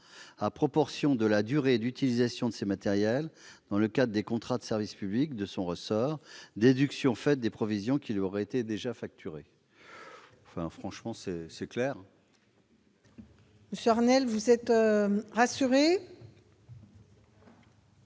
à proportion de la durée d'utilisation de ces matériels dans le cadre des contrats de service public de son ressort, déduction faite des provisions qui lui auraient été déjà facturées ». Cela me paraît clair ! C'est du